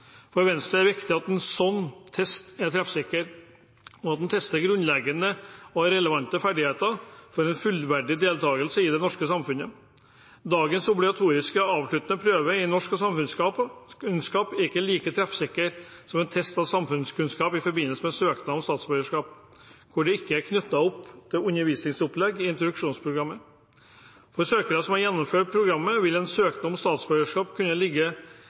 For Venstre er det viktig at en sånn test er treffsikker, og at den tester grunnleggende og relevante ferdigheter for en fullverdig deltakelse i det norske samfunnet. Dagens obligatoriske avsluttende prøve i norsk og samfunnskunnskap er ikke like treffsikker som en test av samfunnskunnskap i forbindelse med søknad om statsborgerskap, hvor den ikke er knyttet opp mot undervisningsopplegg i introduksjonsprogrammet. For søkere som har gjennomført programmet, vil en søknad om statsborgerskap kunne ligge